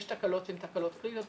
יש תקלות שהן קריטיות,